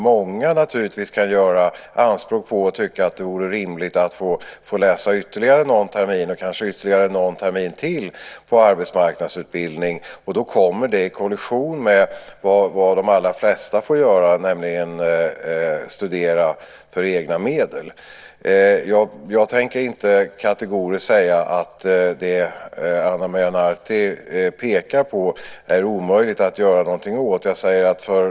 Många kan göra anspråk på och tycka att det vore rimligt att få läsa ytterligare någon termin och kanske ytterligare någon till i arbetsmarknadsutbildning. Då kommer det i kollision med vad de allra flesta får göra, nämligen studera för egna medel. Jag tänker inte kategoriskt säga att det är omöjligt att göra någonting åt det som Ana Maria Narti pekar på.